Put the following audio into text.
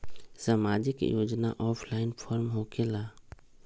समाजिक योजना offline form होकेला?